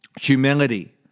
humility